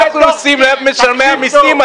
אנחנו עוסקים במשלמי המסים,